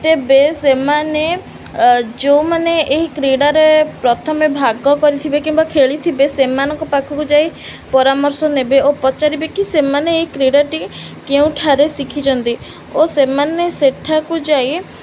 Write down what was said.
ତେବେ ସେମାନେ ଯୋଉମାନେ ଏହି କ୍ରୀଡ଼ାରେ ପ୍ରଥମେ ଭାଗ କରିଥିବେ କିମ୍ବା ଖେଳିଥିବେ ସେମାନଙ୍କ ପାଖକୁ ଯାଇ ପରାମର୍ଶ ନେବେ ଓ ପଚାରିବେ କି ସେମାନେ ଏହି କ୍ରୀଡ଼ାଟି କେଉଁଠାରେ ଶିଖିଛନ୍ତି ଓ ସେମାନେ ସେଠାକୁ ଯାଇ